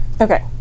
Okay